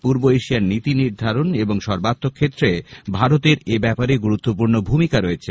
পূর্ব এশিয়ার নীতি নির্ধারন এবং সর্বাত্মক ক্ষেত্রে ভারতের এব্যাপারে গুরুত্বপূর্ণ ভূমিকা রয়েছে